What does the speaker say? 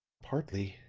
partly